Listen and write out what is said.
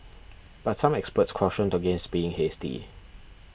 but some experts cautioned against being hasty